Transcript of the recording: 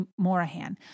Morahan